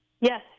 Yes